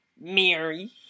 Mary